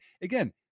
again